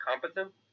competent